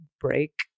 break